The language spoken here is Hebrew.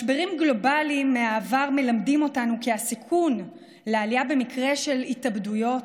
משברים גלובליים מהעבר מלמדים אותנו כי הסיכון לעלייה במקרי התאבדויות,